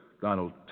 Donald